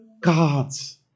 gods